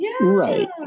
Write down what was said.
Right